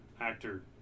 actor